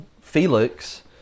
Felix